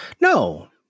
No